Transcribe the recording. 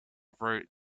wrote